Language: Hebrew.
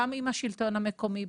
גם עם השלטון המקומי,